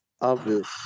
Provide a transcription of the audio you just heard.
Obvious